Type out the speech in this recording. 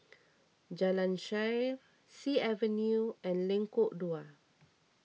Jalan Shaer Sea Avenue and Lengkok Dua